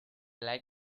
lied